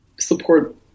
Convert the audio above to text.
Support